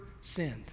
sinned